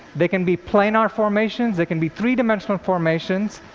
they can be planar formations, they can be three-dimensional formations.